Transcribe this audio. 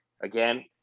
Again